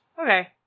Okay